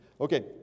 okay